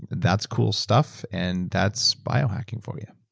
that's cool stuff, and that's biohacking for you